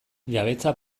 jabetza